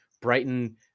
Brighton